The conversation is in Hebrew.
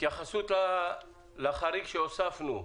התייחסות לחריג שהוספנו?